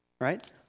right